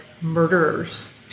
murderers